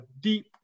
deep